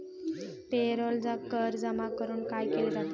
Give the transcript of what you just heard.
Payroll कर जमा करून काय केले जाते?